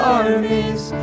armies